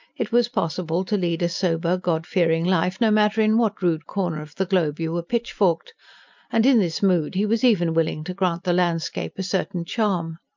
it was possible to lead a sober, godfearing life, no matter in what rude corner of the globe you were pitchforked and in this mood he was even willing to grant the landscape a certain charm.